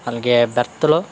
అలాగే బెర్త్లో